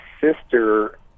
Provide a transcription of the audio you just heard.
sister